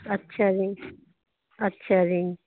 ਅੱਛਾ ਜੀ ਅੱਛਾ ਜੀ